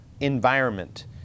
environment